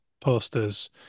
posters